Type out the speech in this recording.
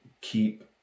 keep